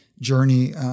journey